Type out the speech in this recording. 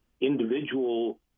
individual